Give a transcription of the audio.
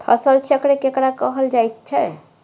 फसल चक्र केकरा कहल जायत छै?